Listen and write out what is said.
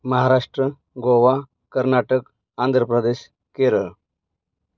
Maharashtra Goa Karnataka Andhra Pradesh Kerala